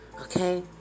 Okay